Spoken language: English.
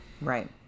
Right